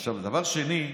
עכשיו דבר שני: